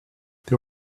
they